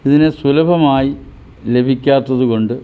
ഇതിനെ സുലഭമായി ലഭിക്കാത്തത് കൊണ്ട്